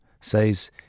says